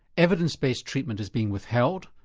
evidence based treatment is being withheld,